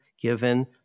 given